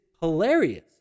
hilarious